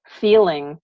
feeling